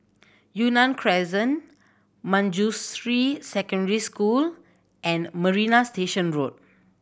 Yunnan Crescent Manjusri Secondary School and Marina Station Road